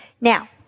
Now